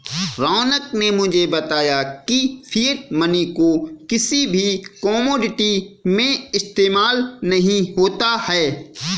रौनक ने मुझे बताया की फिएट मनी को किसी भी कोमोडिटी में इस्तेमाल नहीं होता है